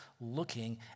looking